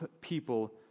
people